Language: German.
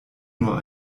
nur